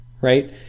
right